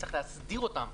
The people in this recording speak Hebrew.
צריך להסדיר אותם.